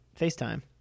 FaceTime